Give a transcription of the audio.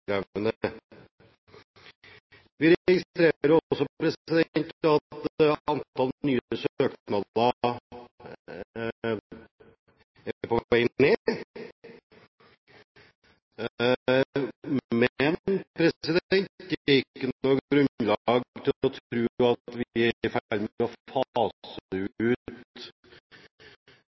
Vi registrerer også at antall nye søknader er på vei ned. Men det er ikke grunnlag for å tro at vi er i ferd med å fase ut